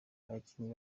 abakinnyi